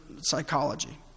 psychology